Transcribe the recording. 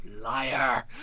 liar